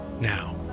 now